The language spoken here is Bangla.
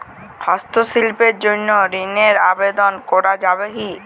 হস্তশিল্পের জন্য ঋনের আবেদন করা যাবে কি?